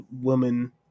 woman